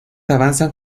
avanzan